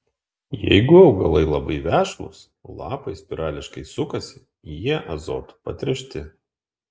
jeigu augalai labai vešlūs lapai spirališkai sukasi jie azotu patręšti